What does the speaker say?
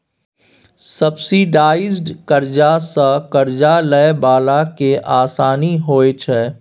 subsidised करजा सँ करजा लए बला केँ आसानी होइ छै